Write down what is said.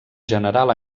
general